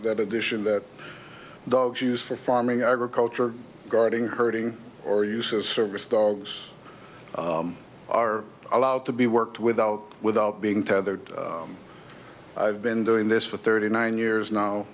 that addition that dogs used for farming agriculture guarding hurting or uses service dogs are allowed to be worked without without being tethered i've been doing this for thirty nine years now